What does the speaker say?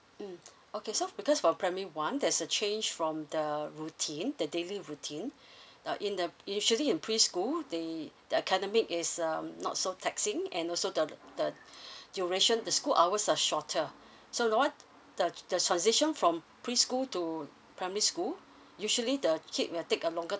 mm okay so because for primary one there's a change from the routine the daily routine uh in um usually in preschool the the academic is um not so taxing and also the the duration the school hours are shorter so now the the transition from preschool to primary school usually the kid will take a longer